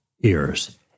ears